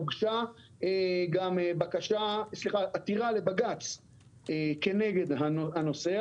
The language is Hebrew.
הוגשה גם עתירה לבג"צ כנגד הנושא,